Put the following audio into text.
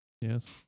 yes